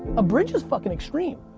a bridge is fucking extreme.